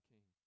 King